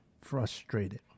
frustrated